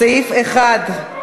יחיאל חיליק בר,